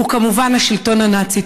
הוא כמובן השלטון הנאצי.